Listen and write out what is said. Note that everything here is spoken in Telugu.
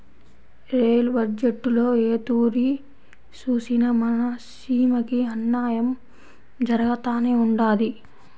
రెయిలు బజ్జెట్టులో ఏ తూరి సూసినా మన సీమకి అన్నాయం జరగతానే ఉండాది